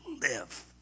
live